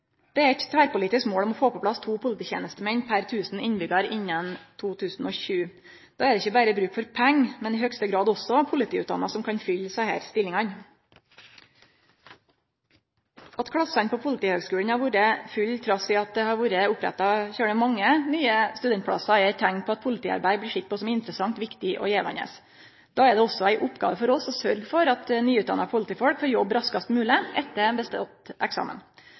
Det er eit tverrpolitisk mål å få på plass to polititenestemenn per 1 000 innbyggjarar innan 2020. Då er det ikkje berre bruk for pengar, men i høgste grad også politiutdanna som kan fylle desse stillingane. At klassane på Politihøgskolen har vore fulle trass i at det har vore oppretta veldig mange nye studentplassar, er eit teikn på at politiarbeid blir sett på som interessant, viktig og givande Då er det òg ei oppgåve for oss å sørgje for at nyutdanna politifolk får jobb raskast mogleg etter bestått eksamen.